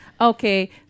Okay